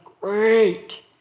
great